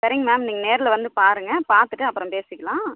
சரிங்க மேம் நீங்கள் நேரில் வந்து பாருங்கள் பார்த்துட்டு அப்புறம் பேசிக்கலாம்